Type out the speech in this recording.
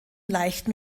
leichten